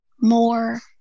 more